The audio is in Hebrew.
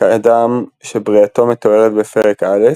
כאדם שבריאתו מתוארת בפרק א'